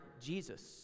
Jesus